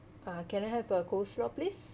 uh can I have a coleslaw please